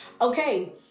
Okay